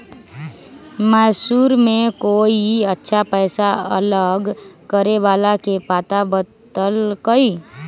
मैसूर में कोई अच्छा पैसा अलग करे वाला के पता बतल कई